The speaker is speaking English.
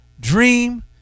dream